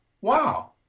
wow